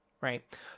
right